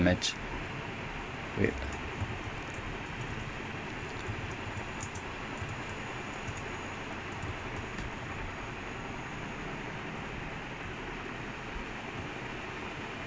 dude I mean Liverpool playing well with all this injuries lah like if a big team gets this well in this right they confirm confirm struggle so much chea adams actually on the floor crying not crying lah just on the floor